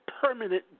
permanent